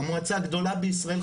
המועצה הגדולה בישראל,